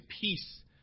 peace